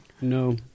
No